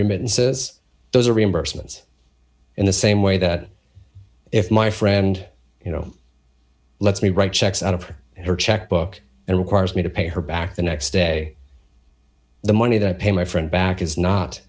remittances those are reimbursements in the same way that if my friend you know lets me write checks out of her her checkbook and requires me to pay her back the next day the money that i pay my friend back is not